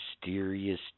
Mysterious